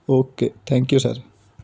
okay thank you sir